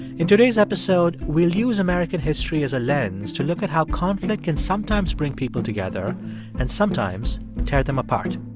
in today's episode, we'll use american history as a lens to look at how conflict can sometimes bring people together and sometimes tear them apart